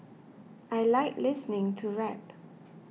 I like listening to rap